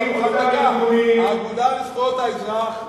האגודה לזכויות האזרח,